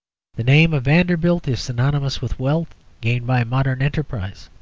the name of vanderbilt is synonymous with wealth gained by modern enterprise.